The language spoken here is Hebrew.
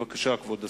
בבקשה, כבוד השר.